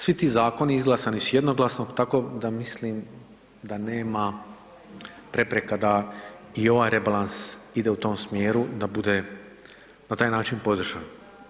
Svi ti zakoni izglasani su jednoglasno tako da mislim da nema prepreka da i ovaj rebalans ide u tom smjeru da bude na taj način podržan.